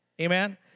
Amen